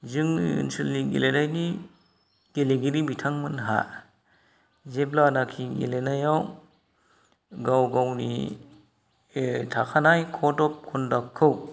जोंनि ओनसोलनि गेलेनायनि गेलेगिरि बिथांमोनहा जेब्लानाखि गेलेनायाव गाव गावनि ए थाखानाय कड अफ कन्डाक्टखौ